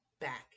back